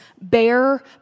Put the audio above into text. bear